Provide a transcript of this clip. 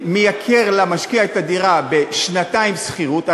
שמייקר למשקיע את הדירה בערך בשנתיים שכירות.